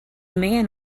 man